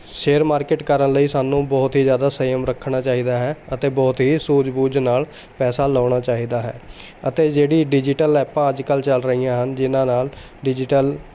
share market ਕਰਨ ਲਈ ਸਾਨੂੰ ਬਹੁਤ ਹੀ ਜ਼ਿਆਦਾ ਸੰਯਮ ਰੱਖਣਾ ਚਾਹੀਦਾ ਹੈ ਅਤੇ ਬਹੁਤ ਹੀ ਸੂਝ ਬੂਝ ਨਾਲ ਪੈਸਾ ਲਾਉਣਾ ਚਾਹੀਦਾ ਹੈ ਅਤੇ ਜਿਹੜੀ ਡਿਜੀਟਲ ਐਪਾਂ ਅੱਜ ਕੱਲ੍ਹ ਚੱਲ ਰਹੀਆਂ ਹਨ ਜਿਹਨਾਂ ਨਾਲ ਡਿਜੀਟਲ